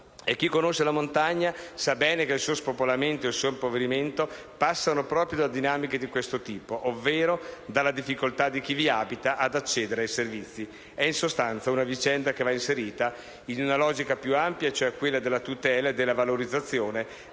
chi conosce la montagna sa bene che il suo spopolamento e il suo impoverimento passano proprio da dinamiche di questo tipo, ovvero dalla difficoltà di chi vi abita ad accedere ai servizi. È, in sostanza, una vicenda che va inserita in una logica più ampia e cioè quella della tutela e valorizzazione